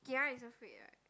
kia it's afraid right